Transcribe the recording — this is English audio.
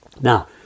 Now